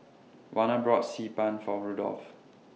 Warner bought Xi Ban For Rudolf